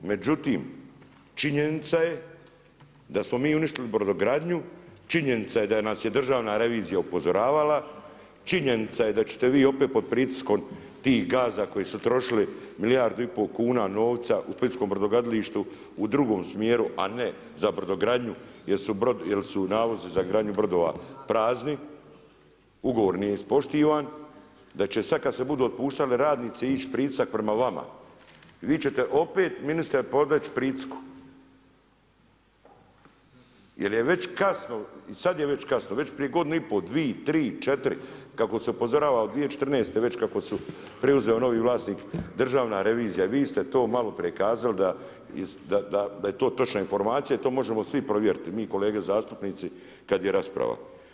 Međutim činjenica je dasmo mi uništili brodogradnju, činjenica je da nas je Državna revizija upozoravala, činjenica je da ćete vi opet pod pritiskom tih gazda koji su trošili milijardu i pol kuna novca u splitskom brodogradilištu u drugom smjeru a ne za brodogradnju jer su nalozi za gradnju brodova prazni, ugovor nije ispoštovan, da će sad kad se budu otpuštali radnici ići pritisak prema vama i vi ćete opet ministre, podleći pritisku jer je već kasno i sad je već kasno, već prije godinu i pol, 2, 3, 4, kako se upozorava od 2014. već kako je preuzeo novi vlasnik, Državna revizija, vi ste to malo prikazali daje to točna informacija i to možemo svi provjeriti, mi kolege zastupnici kad je rasprava.